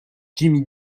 jimmy